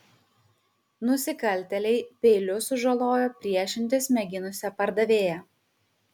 nusikaltėliai peiliu sužalojo priešintis mėginusią pardavėją